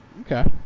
Okay